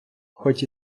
хоть